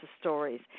stories